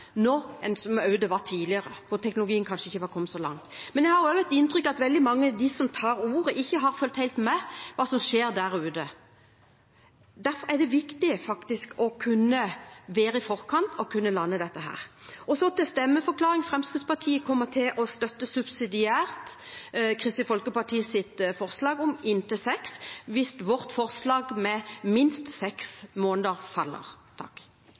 nå enn det var tidligere, da teknologien kanskje ikke var kommet så langt. Jeg har også inntrykk av at veldig mange av dem som tar ordet, ikke har fulgt helt med i hva som skjer der ute. Derfor er det viktig, faktisk, å kunne være i forkant og lande dette. Så til stemmeforklaring: Fremskrittspartiet kommer til å støtte subsidiært Kristelig Folkepartis forslag om inntil seks måneders lagringstid hvis vårt forslag om minst seks måneders lagringstid faller.